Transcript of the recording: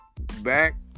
back